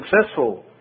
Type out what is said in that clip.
successful